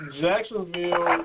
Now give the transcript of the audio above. Jacksonville